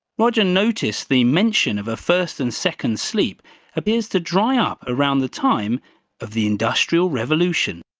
roger noticed the mention of a first and second sleep appears to dry up around the time of the industrial revolution.